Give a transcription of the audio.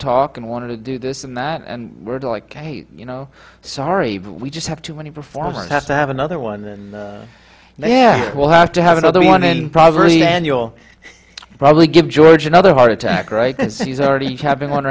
talk and wanted to do this and that and were to like hey you know sorry but we just have too many performers have to have another one and yeah we'll have to have another one in proverbs and you'll probably give george another heart attack right he's already having one